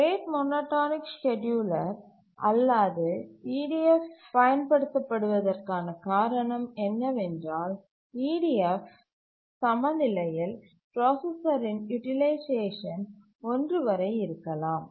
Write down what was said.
rate monotonic scheduler அல்லாது EDF பயன் படுத்த படுவதற்கான காரணம் என்னவென்றால் ஈடிஎஃப் சமநிலையில் பிராசசரின் யூட்டிலைசேஷன் 1 வரை இருக்கலாம்